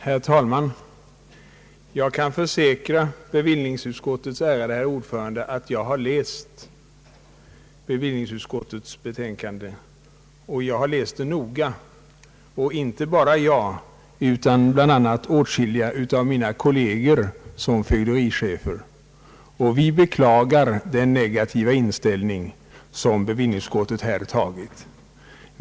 Herr talman! Jag kan försäkra bevillningsutskottets ärade herr ordförande att jag har läst utskottets betänkande, och jag har läst det noga, och inet bara jag utan åtskilliga av mina kolleger som fögderichefer. Vi beklagar den negativa inställning som bevillningsutskottet här tagit.